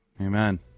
Amen